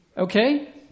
Okay